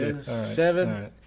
seven